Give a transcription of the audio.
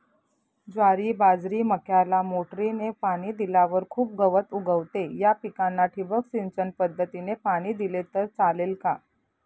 ज्वारी, बाजरी, मक्याला मोटरीने पाणी दिल्यावर खूप गवत उगवते, या पिकांना ठिबक सिंचन पद्धतीने पाणी दिले तर चालेल का?